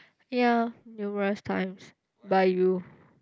ya numerous times by you